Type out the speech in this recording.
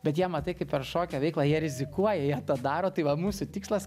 bet jie matai kaip per šokio veiklą jie rizikuoja jie tą daro tai va mūsų tikslas